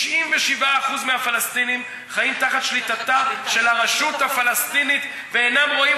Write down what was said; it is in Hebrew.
97% מהפלסטינים חיים תחת שליטתה של הרשות הפלסטינית ואינם רואים